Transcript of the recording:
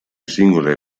singole